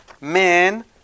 man